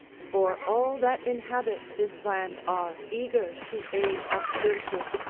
for all that inhabit this land are eager to aid apsyrtus,